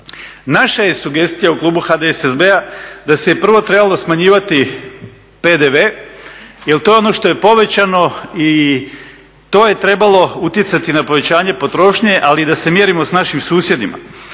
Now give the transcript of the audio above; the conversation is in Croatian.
Naša je sugestija u klubu HDSSB-a da se je prvo trebalo smanjivati PDV jer to je ono što je povećano i to je trebalo utjecati na povećanje potrošnje, ali da se mjerimo s našim susjedima.